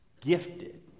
Gifted